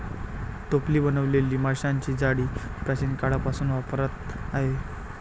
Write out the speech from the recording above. टोपली बनवलेली माशांची जाळी प्राचीन काळापासून वापरात आहे